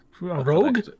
rogue